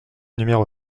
numéro